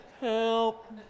help